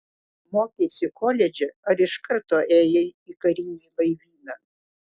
mokeisi koledže ar iš karto ėjai į karinį laivyną